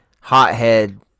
hothead